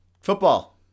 Football